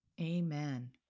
Amen